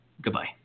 goodbye